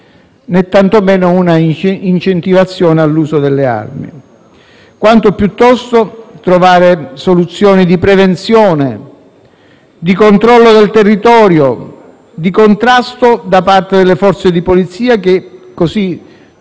né tantomeno un'incentivazione all'uso delle armi, quanto piuttosto trovare soluzioni di prevenzione, di controllo del territorio e di contrasto da parte delle Forze di polizia, così